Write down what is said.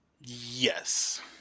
Yes